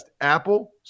Apple